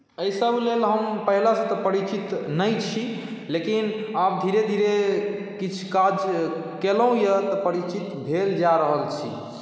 एहिसभ लेल तऽ हम पहिले से तऽ परिचित नहि छी लेकिन आब धीरे धीरे किछु काज केलहुँ यए तऽ परिचित भेल जा रहल छी